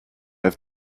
have